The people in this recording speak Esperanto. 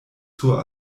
sur